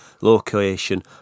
location